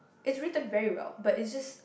it's written very well but it's just